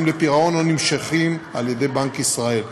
לפירעון או נמשכים על ידי בנק ישראל.